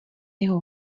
jeho